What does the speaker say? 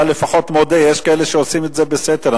אתה לפחות מודה, יש כאלה שעושים את זה בסתר.